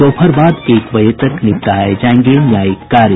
दोपहर बाद एक बजे तक निपटाये जायेंगे न्यायिक कार्य